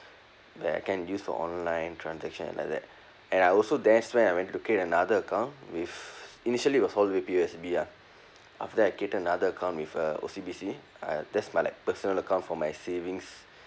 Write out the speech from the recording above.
where I can use for online transaction and like that and I also I wanted to create another account with initially was all with P_O_S_B ah after that I created another account with uh O_C_B_C uh that's my like personal account for my savings